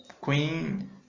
Queen